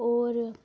और